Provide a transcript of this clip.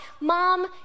Mom